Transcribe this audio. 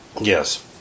Yes